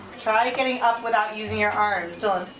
try getting up without using your arms dylan!